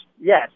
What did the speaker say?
yes